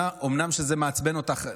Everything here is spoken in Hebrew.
אומנם זה מעצבן אותך,